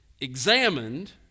examined